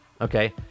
Okay